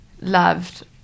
loved